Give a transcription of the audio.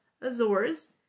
Azores